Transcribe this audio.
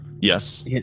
Yes